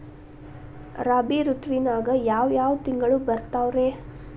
ರಾಬಿ ಋತುವಿನಾಗ ಯಾವ್ ಯಾವ್ ತಿಂಗಳು ಬರ್ತಾವ್ ರೇ?